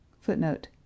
Footnote